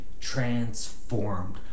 transformed